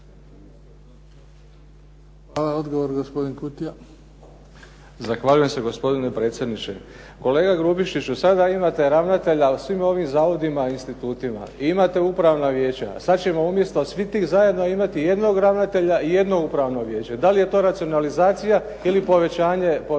Hvala. Odgovor gospodin Dorić.